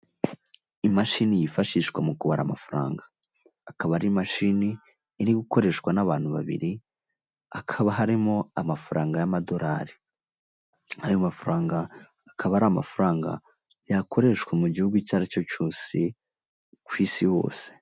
Imashini yifashishwa mu kubara amafaranga, akaba ari imashini iri gukoreshwa n'abantu babiri akaba harimo amafaranga y'amadolari. Ayo mafaranga akaba ari amafaranga yakoreshwa mu gihugu icyo ari cyo cyose ku isi hose.